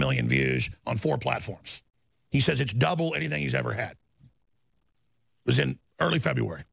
million views on four platforms he says it's double anything he's ever had was in early february